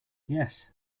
yes